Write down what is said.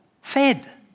fed